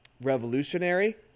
revolutionary